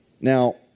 Now